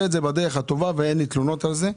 את זה בדרך הטובה ואין לי תלונות על זה,